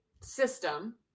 system